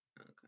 Okay